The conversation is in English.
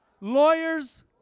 lawyers